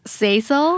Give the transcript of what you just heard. say-so